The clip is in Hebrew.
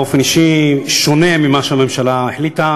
באופן אישי בשונה ממה שהממשלה החליטה.